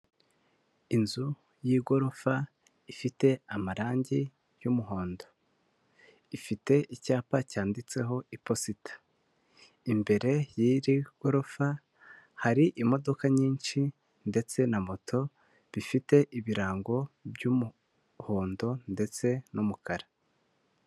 Inzu y'igorofa ifite amarangi y'umuhondo, ifite icyapa cyanditseho iposita. imbere y'iri gorofa hari imodoka nyinshi ndetse na moto bifite ibirango by'umuhondo ndetse n'umukara.